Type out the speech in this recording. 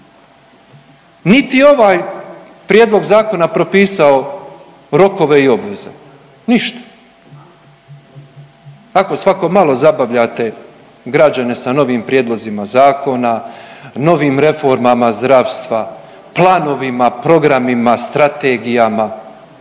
niti je ovaj prijedlog zakona propisao rokove i obveze, ništa. Ako svako malo zabavljate građane sa novim prijedlozima zakona, novim reformama zdravstva, planovima, programima, strategijama